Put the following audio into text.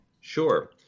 sure